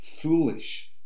foolish